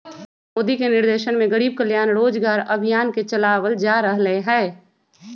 मोदी के निर्देशन में गरीब कल्याण रोजगार अभियान के चलावल जा रहले है